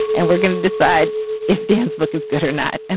and we're going to decide if dan's book is good or not and